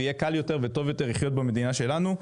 ויהיה קל וטוב יותר לחיות במדינה שלנו.